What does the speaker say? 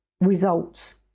results